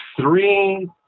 three